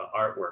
artwork